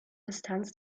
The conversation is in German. distanz